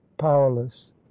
powerless